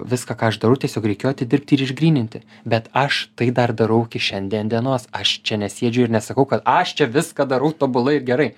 viską ką aš darau tiesiog reikėjo atidirbti ir išgryninti bet aš tai dar darau iki šiandien dienos aš čia nesėdžiu ir nesakau kad aš čia viską darau tobulai ir gerai